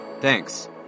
thanks